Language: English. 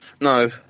No